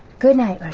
goodnight,